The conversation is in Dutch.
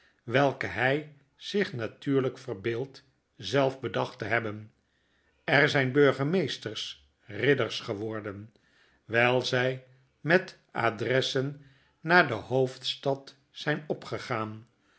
welke hy zich natuurlyk verbeeldt zelf bedacht te hebben er zijn burgemeesters ridders geworden wyl zy met adressen naar de hoofdstad zyn opgegaan